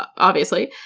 but obviously,